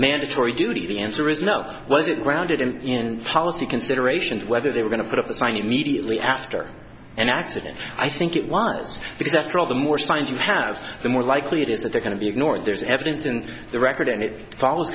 mandatory duty the answer is no was it grounded in policy considerations whether they were going to put up the sign immediately after an accident i think it was because after all the more signs you have the more likely it is that they're going to be ignored there's evidence in the record and it follow